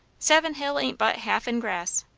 savin hill ain't but half in grass.